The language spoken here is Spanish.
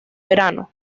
verano